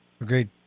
Agreed